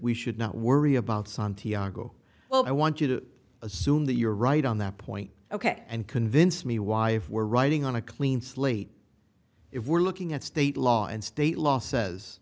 we should not worry about santiago well i want you to assume that you're right on that point ok and convince me wife were writing on a clean slate if we're looking at state law and state law says